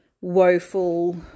woeful